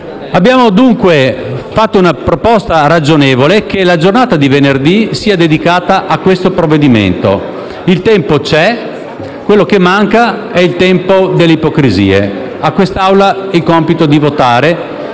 Abbiamo dunque fatto una proposta ragionevole e chiediamo che la giornata di venerdì sia dedicata a questo provvedimento. Il tempo c'è, quello che manca è il tempo delle ipocrisie. A quest'Assemblea il compito di votare